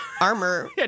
armor